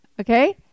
Okay